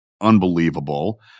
unbelievable